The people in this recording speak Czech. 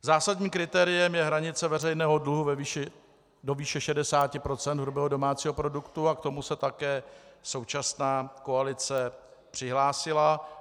Zásadní kritériem je hranice veřejného dluhu do výše 60 % hrubého domácího produktu a k tomu se také současná koalice přihlásila.